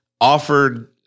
offered –